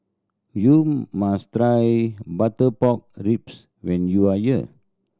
you must try butter pork ribs when you are here